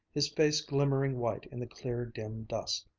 his face glimmering white in the clear, dim dusk.